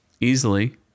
Easily